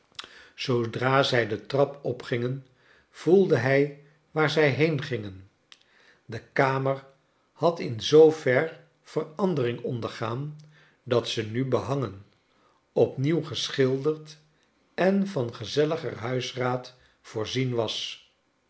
zoodra zij de trap opgingen voelde hij waar zij heengingen de kamer had in zoover verandering ondergaan dat ze nu behangen opnieuw geschilderd en van gezelliger huisraad voorzien was